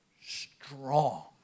strong